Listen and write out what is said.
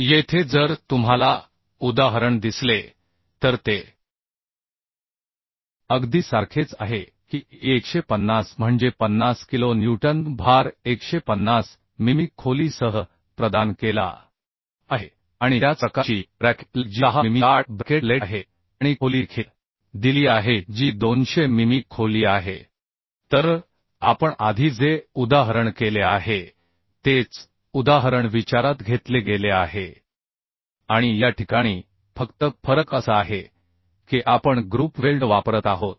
येथे जर तुम्हाला उदाहरण दिसले तर ते अगदी सारखेच आहे की 150 म्हणजे 50 किलो न्यूटन भार 150 मिमी खोलीसह प्रदान केला आहे आणि त्याच प्रकारची ब्रॅकेट प्लेट जी 10 मिमी जाड ब्रॅकेट प्लेट आहे आणि खोली देखील दिली आहे जी 200 मिमी खोली आहे तर आपण आधी जे उदाहरण केले आहे तेच उदाहरण विचारात घेतले गेले आहे आणि या ठिकाणी फक्त फरक असा आहे की आपण ग्रुप वेल्ड वापरत आहोत